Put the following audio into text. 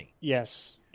yes